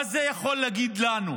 מה זה יכול להגיד לנו